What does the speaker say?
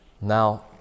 Now